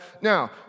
Now